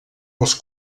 els